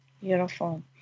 Beautiful